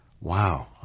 wow